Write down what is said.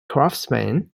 craftsmen